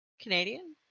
Canadian